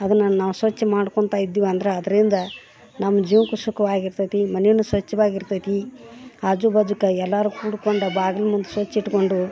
ಅದನ್ನ ನಾವು ಸ್ವಚ್ಚ ಮಾಡ್ಕೊತ ಇದ್ದಿವಂದ್ರೆ ಅದರಿಂದ ನಮ್ಮ ಜೀವಕ್ಕೂ ಸುಖವಾಗಿರ್ತತಿ ಈ ಮನೇನು ಸ್ವಚ್ವಾಗಿರ್ತದೆ ಆಜೂ ಬಾಜೂಕ ಎಲ್ಲಾರು ಕೂಡ್ಕೊಂಡು ಬಾಗಿಲ್ಮುಂದೆ ಸ್ವಚ್ಚ ಇಟ್ಕೊಂಡು